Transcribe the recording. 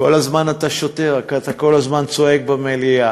כל הזמן אתה שוטר, רק אתה כל הזמן צועק במליאה.